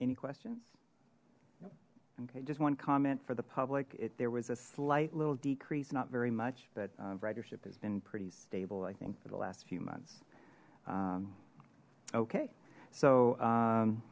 any questions okay just one comment for the public it there was a slight little decrease not very much but ridership has been pretty stable i think for the last few months okay so